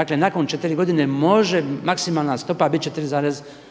dakle nakon 4 godine može maksimalan stopa biti 4,13,